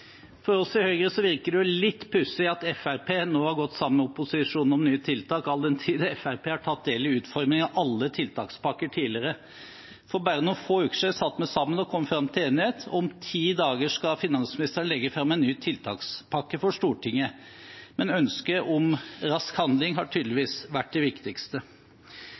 For oss i Høyre virker det litt pussig at Fremskrittspartiet nå har gått sammen med opposisjonen om nye tiltak, all den tid Fremskrittspartiet har tatt del i utformingen av alle tiltakspakker tidligere. For bare noen få uker siden satt vi sammen og kom fram til enighet. Om ti dager skal finansministeren legge fram en ny tiltakspakke for Stortinget. Men ønsket om rask handling har tydeligvis vært det viktigste.